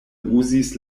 uzis